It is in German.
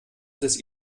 des